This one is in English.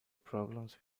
problems